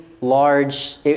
large